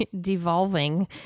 devolving